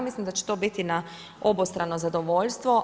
Mislim da će to biti na obostrano zadovoljstvo.